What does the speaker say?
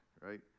right